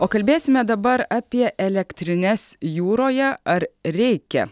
o kalbėsime dabar apie elektrines jūroje ar reikia